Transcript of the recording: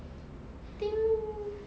I think